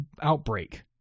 outbreak